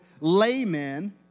laymen